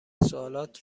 سوالات